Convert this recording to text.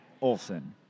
Olson